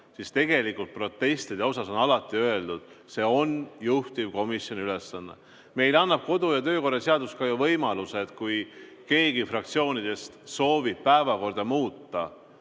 siis selliste protestide puhul on alati öeldud: see on juhtivkomisjoni ülesanne. Meile annab kodu- ja töökorra seadus ka võimaluse, et kui keegi fraktsioonidest soovib päevakorda muuta,